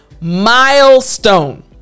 milestone